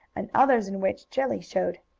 and others in which jelly showed.